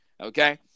Okay